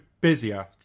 busier